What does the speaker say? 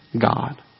God